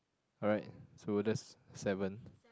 alright so that's seven